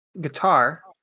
guitar